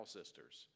Sisters